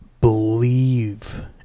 believe